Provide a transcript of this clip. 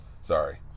sorry